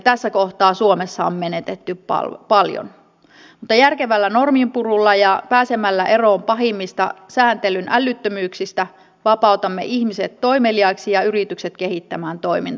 tässä kohtaa suomessa on menetetty paljon mutta järkevällä norminpurulla ja pääsemällä eroon pahimmista säätelyn älyttömyyksistä vapautamme ihmiset toimeliaiksi ja yritykset kehittämään toimintaansa